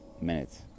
minutes